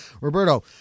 Roberto